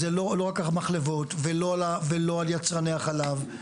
זה לא רק על המחלבות ולא על יצרני החלב.